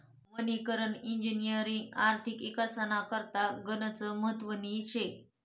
वनीकरण इजिनिअरिंगनी आर्थिक इकासना करता गनच महत्वनी शे